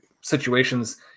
situations